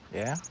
yeah?